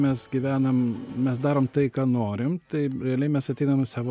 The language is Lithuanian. mes gyvenam mes darom tai ką norim tai realiai mes ateinam į savo